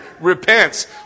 repents